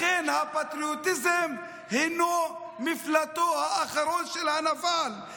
לכן הפטריוטיזם הינו מפלטו האחרון של הנבל.